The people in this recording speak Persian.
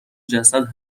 جسد